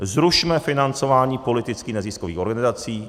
Zrušme financování politických neziskových organizací.